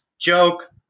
joke